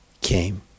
came